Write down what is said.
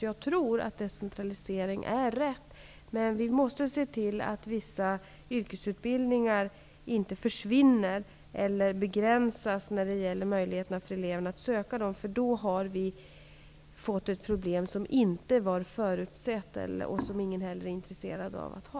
Jag tror att decentralisering är rätt, men vi måste se till att möjligheterna för elever att söka till vissa yrkesutbildningar inte försvinner eller begränsas. Annars har vi fått ett problem som inte var förutsett och som ingen heller är intresserad av att ha.